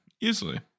easily